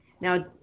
Now